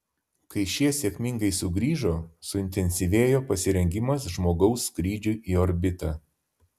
kai šie sėkmingai sugrįžo suintensyvėjo pasirengimas žmogaus skrydžiui į orbitą